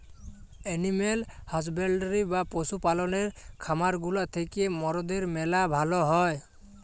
animal husbandry বা পশু পাললের খামার গুলা থ্যাকে মরদের ম্যালা ভাল হ্যয়